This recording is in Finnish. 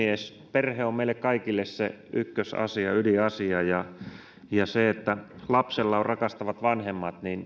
perhe on meille kaikille se ykkösasia ja ydinasia ja se että lapsella on rakastavat vanhemmat